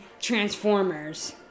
Transformers